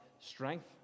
strength